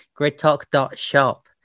gridtalk.shop